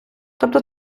тобто